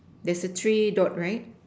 there's a tree dot right